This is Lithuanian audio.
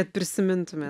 kad prisimintume